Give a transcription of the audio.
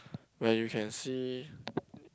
where you can see